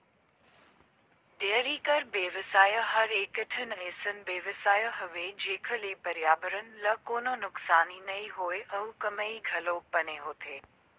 dairy कर बेवसाय हर एकठन अइसन बेवसाय हवे जेखर ले परयाबरन ल कोनों नुकसानी नइ होय अउ कमई घलोक बने होथे